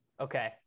Okay